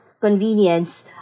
convenience